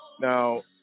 Now